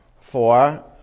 four